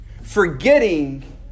Forgetting